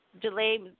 delay